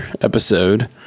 episode